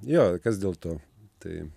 jo kas dėl to tai